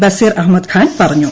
ബസീർ അഹമ്മദ്ഖാൻ പറഞ്ഞു